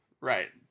Right